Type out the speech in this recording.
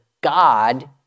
God